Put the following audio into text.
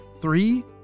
three